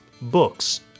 books